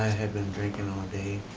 i had been drinking all day